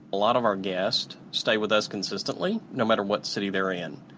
a lot of our guests stay with us consistently no matter what city they're in,